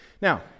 Now